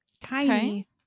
Tiny